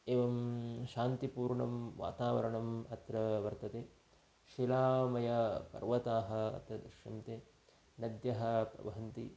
एवं शान्तिपूर्णं वातावरणम् अत्र वर्तते शिलामयाः पर्वताः अत्र दृश्यन्ते नद्यः प्रवहन्ति